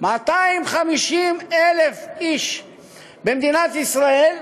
250,000 איש במדינת ישראל,